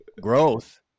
Growth